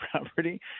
property